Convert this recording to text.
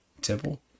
Temple